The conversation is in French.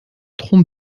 tronc